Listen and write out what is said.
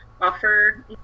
offer